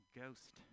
ghost